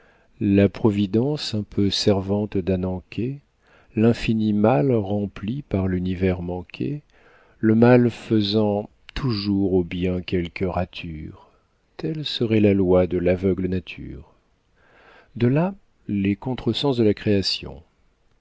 la providence un peu servante d'anankè l'infini mal rempli par l'univers manqué le mal faisant toujours au bien quelque rature telle serait la loi de l'aveugle nature de là les contresens de la création